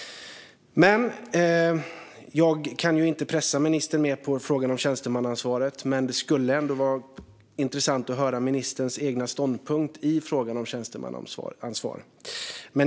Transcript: Jag kan inte pressa ministern mer i frågan om tjänstemannaansvaret. Men det skulle ändå vara intressant att höra ministerns egen ståndpunkt i frågan om tjänstemannaansvar.